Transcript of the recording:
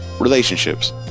relationships